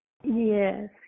Yes